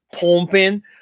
pumping